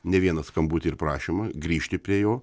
ne vieną skambutį ir prašymą grįžti prie jo